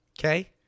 Okay